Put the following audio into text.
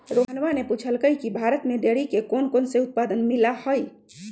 रोहणवा ने पूछल कई की भारत में डेयरी के कौनकौन से उत्पाद मिला हई?